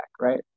right